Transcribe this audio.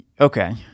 Okay